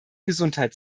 gesundheit